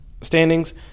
standings